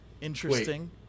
interesting